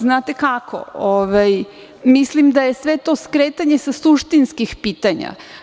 Znate kako, mislim da je sve to skretanje sa suštinskih pitanja.